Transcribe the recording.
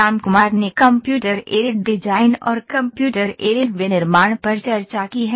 रामकुमार ने computer aided design और computer aided विनिर्माण पर चर्चा की है